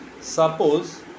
suppose